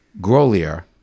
Grolier